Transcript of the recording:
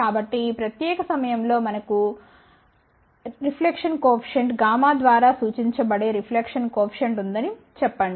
కాబట్టి ఈ ప్రత్యేక సమయంలో మనకు Γ ద్వారా సూచించబడే రిఫ్లెక్షన్ కోఎఫిషియెంట్ ఉందని చెప్పండి